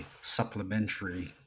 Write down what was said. supplementary